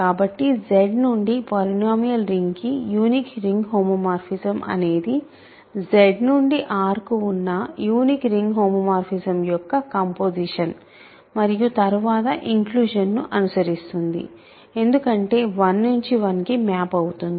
కాబట్టి Z నుండి polynomial ring కి యునీక్ రింగ్ హోమోమార్ఫిజం అనేది Z నుండి R కు ఉన్న యునీక్ రింగ్ హోమోమార్ఫిజం యొక్క కంపోసిషన్ మరియు తరువాత ఇంక్లుషన్ ను అనుసరిస్తుంది ఎందుకంటే 1 నుంచి 1 కి మ్యాప్ అవుతుంది